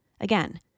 Again